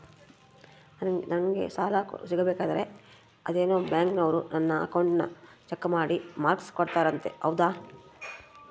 ನಂಗೆ ಸಾಲ ಸಿಗಬೇಕಂದರ ಅದೇನೋ ಬ್ಯಾಂಕನವರು ನನ್ನ ಅಕೌಂಟನ್ನ ಚೆಕ್ ಮಾಡಿ ಮಾರ್ಕ್ಸ್ ಕೋಡ್ತಾರಂತೆ ಹೌದಾ?